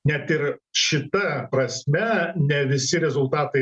net ir šita prasme ne visi rezultatai